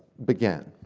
began.